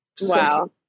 Wow